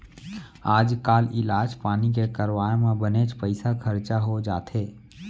आजकाल इलाज पानी के करवाय म बनेच पइसा खरचा हो जाथे